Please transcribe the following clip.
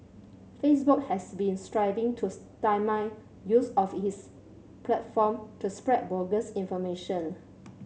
facebook has been striving to stymie use of its platform to spread bogus information